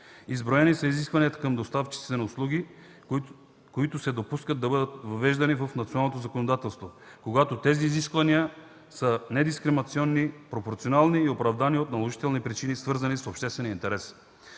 Изброени са изискванията към доставчиците на услуги, които се допуска да бъдат въвеждани в националното законодателство, когато тези изисквания са недискриминационни, пропорционални и оправдани от наложителни причини, свързани с обществения интерес.